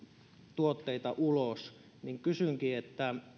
tuotteita ulos kysynkin että